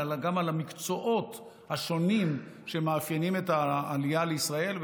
אלא גם על המקצועות השונים שמאפיינים את העלייה לישראל.